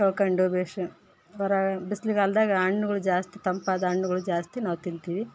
ತೊಳ್ಕೊಂಡು ಬೆಶ್ಶ ಬರಗ ಬಿಸ್ಲುಗಾಲದಾಗ ಹಣ್ಣುಗಳು ಜಾಸ್ತಿ ತಂಪಾದ ಹಣ್ಣುಗಳು ಜಾಸ್ತಿ ನಾವು ತಿಂತೀವಿ